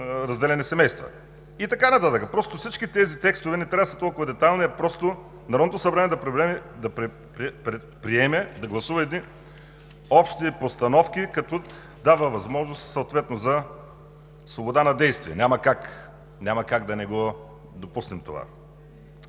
И така нататък. Всички тези текстове не трябва да са толкова детайлни, а просто Народното събрание трябва да приеме, да гласува едни общи постановки, като дава възможност съответно за свобода на действие. Няма как да не допуснем това.